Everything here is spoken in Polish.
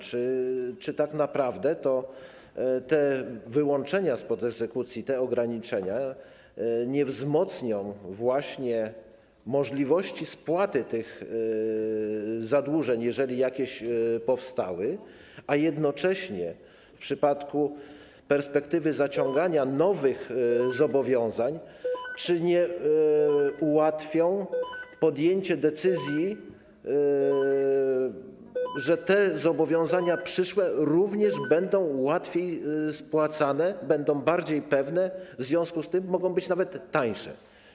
Czy tak naprawdę te wyłączenia spod egzekucji, te ograniczenia nie wzmocnią właśnie możliwości spłaty tych zadłużeń, jeżeli jakieś powstały, a jednocześnie czy w przypadku perspektywy zaciągania nowych zobowiązań nie ułatwią podjęcia decyzji co do tego, że te przyszłe zobowiązania również będą łatwiej spłacane, będą bardziej pewne, w związku z tym mogą być nawet tańsze?